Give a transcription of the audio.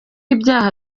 ibyaha